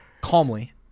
calmly